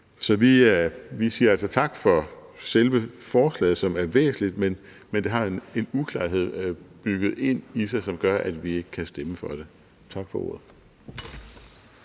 Så vi siger altså tak for selve forslaget, som er væsentligt, men det har en uklarhed bygget ind i sig, som gør, at vi ikke kan stemme for det. Tak for ordet.